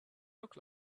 look